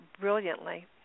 brilliantly